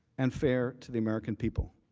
and fair to the american people.